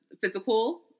physical